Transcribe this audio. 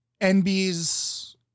NBs